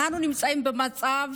אנחנו נמצאים במצב